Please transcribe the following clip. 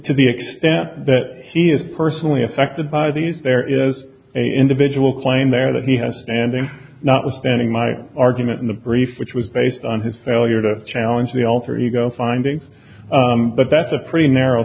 to the extent that he is personally affected by these there is a individual claim there that he has standing not withstanding my argument in the brief which was based on his failure to challenge the alter ego findings but that's a pretty narrow